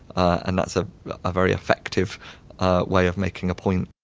and that's ah a very effective way of making a point